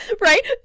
Right